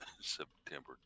September